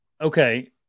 Okay